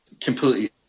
completely